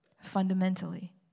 fundamentally